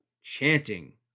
chanting